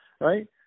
Right